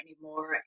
anymore